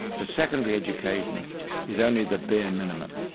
but secondary education is only the bare minimum.